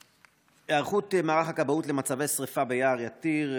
היערכות מערך הכבאות למצבי שרפה ביער יתיר: